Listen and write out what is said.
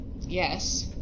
yes